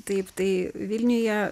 taip tai vilniuje